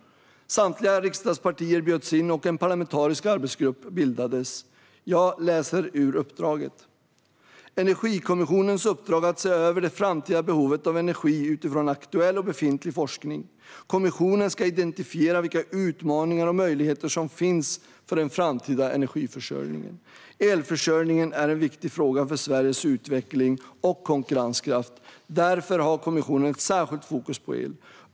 Samtliga riksdagspartier bjöds in, och en parlamentarisk arbetsgrupp bildades. Jag läser ur uppdraget: "Energikommissionens uppdrag är att se över det framtida behovet av energi utifrån aktuell och befintlig forskning. Kommissionen ska identifiera vilka utmaningar och möjligheter som finns för den framtida energiförsörjningen. Elförsörjningen är en viktig fråga för Sveriges utveckling och konkurrenskraft. Därför har kommissionen ett särskilt fokus på el.